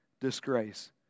disgrace